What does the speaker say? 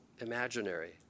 imaginary